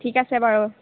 ঠিক আছে বাৰু